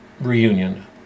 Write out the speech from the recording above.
reunion